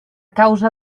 causa